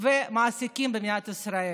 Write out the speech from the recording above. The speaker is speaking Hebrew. ועל מעסיקים במדינת ישראל.